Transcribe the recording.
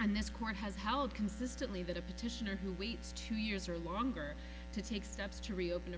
and this court has held consistently that a petitioner who waits two years or longer to take steps to reopen a